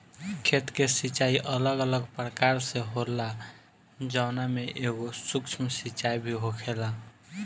खेत के सिचाई अलग अलग प्रकार से होला जवना में एगो सूक्ष्म सिंचाई भी होखेला